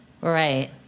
Right